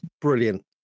brilliant